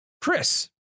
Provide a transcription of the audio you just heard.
Chris